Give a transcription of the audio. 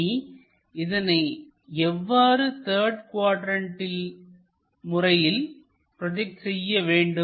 இனி இதனை எவ்வாறு த்தர்டு குவாட்ரண்ட் முறையில் ப்ரோஜெக்ட் செய்ய வேண்டும்